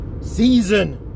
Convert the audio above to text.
Season